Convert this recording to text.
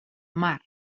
mar